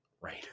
right